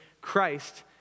Christ